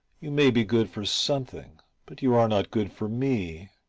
you may be good for something, but you are not good for me.